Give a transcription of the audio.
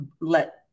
let